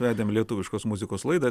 vedėm lietuviškos muzikos laidą